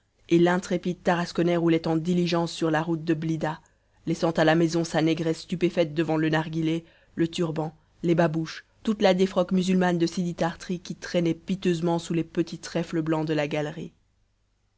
et l'intrépide tarasconnais roulait en diligence sur la route de blidah laissant à la maison sa négresse stupéfaite devant le narghilé le turban les babouches toute la défroque musulmane de sidi tart'ri qui traînait piteusement sous les petits trèfles blancs de la galerie